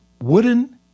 wooden